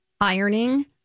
ironing